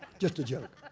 just a joke.